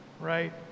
right